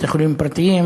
בתי-חולים פרטיים,